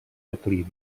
declivi